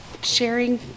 sharing